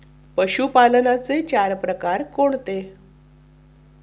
पशुपालनाचे चार प्रकार कोणते?